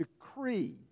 decree